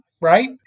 right